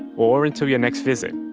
or until your next visit.